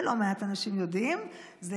ולא מעט אנשים יודעים, זה,